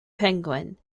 penguin